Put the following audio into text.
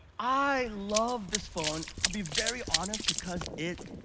i love this phone. i'll be very honest because it,